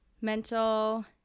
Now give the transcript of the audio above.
mental